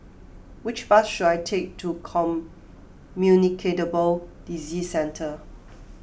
which bus should I take to Disease Centre